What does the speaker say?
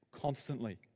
constantly